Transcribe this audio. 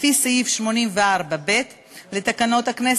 לפי סעיף 84(ב) לתקנון הכנסת,